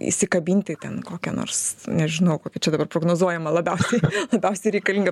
įsikabinti į ten kokią nors nežinau kokia čia dabar prognozuojama labiausiai labiausiai reikalinga